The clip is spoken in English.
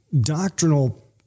doctrinal